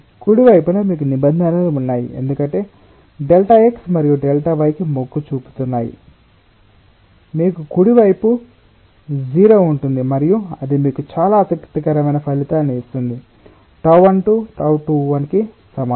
కుడి వైపున మీకు నిబంధనలు ఉన్నాయి ఎందుకంటే డెల్టా x మరియు డెల్టా y 0 కి మొగ్గు చూపుతున్నాయి మీకు కుడి వైపు వైపు 0 ఉంటుంది మరియు అది మీకు చాలా ఆసక్తికరమైన ఫలితాన్ని ఇస్తుంది tau 1 2 tau 2 1 కు సమానం